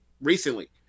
recently